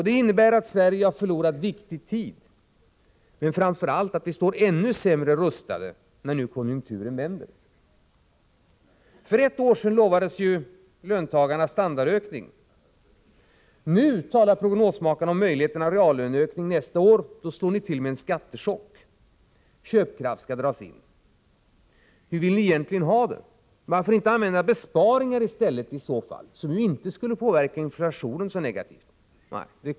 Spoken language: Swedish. Det innebär att Sverige har förlorat viktig tid, men framför allt att vi står ännu sämre rustade när nu konjunkturen vänder. För ett år sedan lovades ju löntagarna standardökning. Nu talar prognosmakarna om möjligheten av reallöneökning nästa år. Då slår ni till med en skattechock. Köpkraft skall dras in. Hur vill ni egentligen ha det? Man får inte använda besparingar, som ju inte skulle påverka inflationen så negativt.